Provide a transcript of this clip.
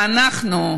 ואנחנו,